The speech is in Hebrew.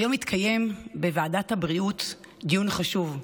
היום התקיים בוועדת הבריאות דיון חשוב,